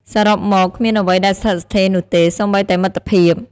សរុបមក គ្មានអ្វីដែលស្ថិតស្ថេរនោះទេ សូម្បីតែមិត្តភាព។